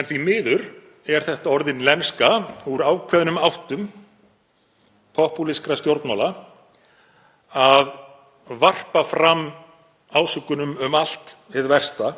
En því miður er það orðin lenska úr ákveðnum áttum popúlískra stjórnmála að varpa fram ásökunum um allt hið versta